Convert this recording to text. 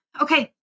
Okay